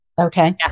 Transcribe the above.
Okay